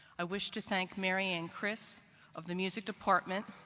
i wish to thank mary and chris of the music department,